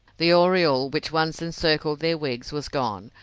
the aureole which once encircled their wigs was gone,